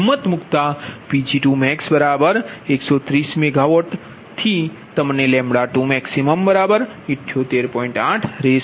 તેથી અહીં Pg2max130MW ની કિમત મૂકતા તમને 22max78